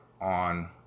on